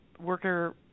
worker